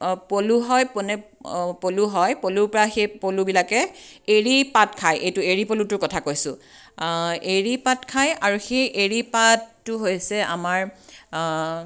পলু হয় কোনে পলু হয় পলুৰ পৰা সেই পলুবিলাকে এৰীপাত খায় এইটো এৰীপলুটোৰ কথা কৈছোঁ এৰীপাত খায় আৰু সেই এৰীপাতটো হৈছে আমাৰ